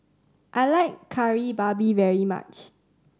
I like Kari Babi very much